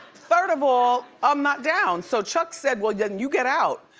third of all, i'm not down. so chuck said, well, yeah and you get out.